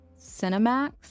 Cinemax